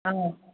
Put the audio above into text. ꯑꯧ